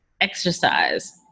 exercise